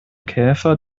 käfer